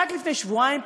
רק לפני שבועיים פורסם,